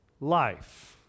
life